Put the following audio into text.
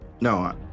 no